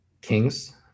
kings